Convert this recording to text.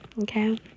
okay